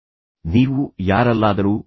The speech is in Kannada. ತದನಂತರ ನೀವು ಯಾರನ್ನಾದರೂ ಯಾವಾಗ ಪ್ರಶಂಸಿಸುತ್ತೀರಿ